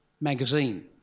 magazine